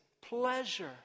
pleasure